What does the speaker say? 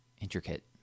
Intricate